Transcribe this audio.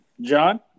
John